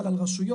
אבל על רשויות